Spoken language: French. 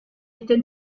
était